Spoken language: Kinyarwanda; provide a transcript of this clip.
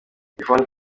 yvonne